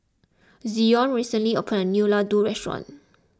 Zion recently opened a new Ladoo restaurant